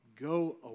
Go